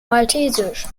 maltesisch